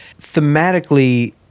Thematically